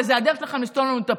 וזאת הדרך שלכם לסתום לנו את הפה.